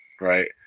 right